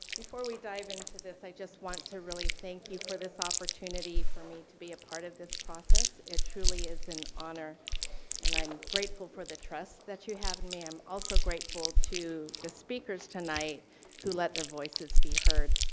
before we dive into this, i just want to really thank you for this opportunity for me to be a part of this process. it truly is an honor and i'm grateful for the trust that you have in me, and also grateful to the speakers tonight who let their voices be heard.